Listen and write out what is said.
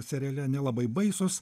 seriale nelabai baisūs